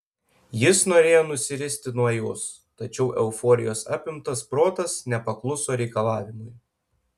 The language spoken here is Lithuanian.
jis norėjo nusiristi nuo jos tačiau euforijos apimtas protas nepakluso reikalavimui